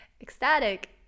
ecstatic